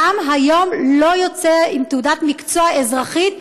גם היום לא יוצא עם תעודת מקצוע אזרחית,